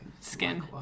skin